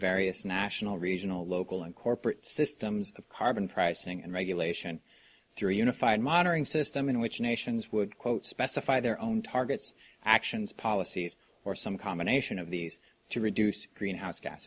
various national regional local and corporate systems of carbon pricing and regulation through a unified monitoring system in which nations would quote specify their own targets actions policies or some combination of these to reduce greenhouse gas